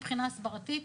מבחינה הסברתית,